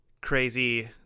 crazy